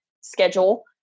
schedule